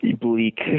bleak